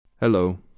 Hello